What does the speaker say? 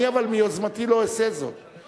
אבל אני מיוזמתי לא אעשה זאת,